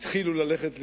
התחילו ללכת לירושלים,